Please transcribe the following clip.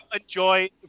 enjoy